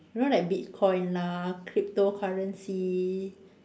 you know like bitcoin lah cryptocurrency